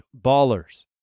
ballers